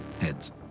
Heads